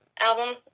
album